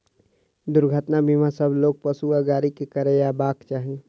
दुर्घटना बीमा सभ लोक, पशु आ गाड़ी के करयबाक चाही